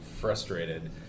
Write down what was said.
frustrated